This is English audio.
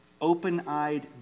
open-eyed